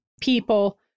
people